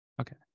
okay